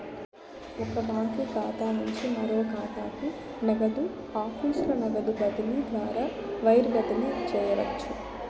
ఒక బాంకీ ఖాతా నుంచి మరో కాతాకి, నగదు ఆఫీసుల నగదు బదిలీ ద్వారా వైర్ బదిలీ చేయవచ్చు